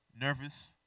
nervous